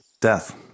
death